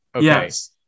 Yes